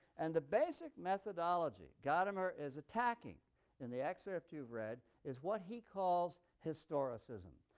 and the basic methodology gadamer is attacking in the excerpt you've read is what he calls historicism.